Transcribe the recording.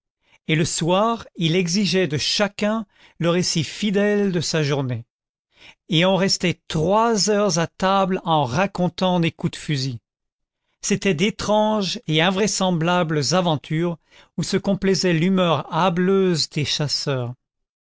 et le soir il exigeait de chacun le récit fidèle de sa journée et on restait trois heures à table en racontant des coups de fusil c'étaient d'étranges et invraisemblables aventures où se complaisait l'humeur hâbleuse des chasseurs